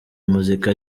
muzika